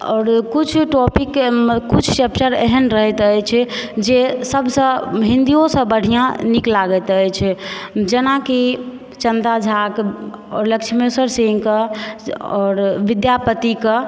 आओर कुछ टॉपिक एहिमे कुछ चेप्टर एहन रहैत अछि जे सभसँ हिंदीओसँ बढ़िया नीक लागैत अछि जेनाकि चन्दा झाक आओर लक्ष्मेश्वर सिंहकऽ आओर विद्यापतिकऽ